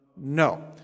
No